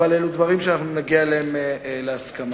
אבל אלו דברים שאנחנו נגיע אליהם להסכמה.